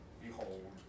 Behold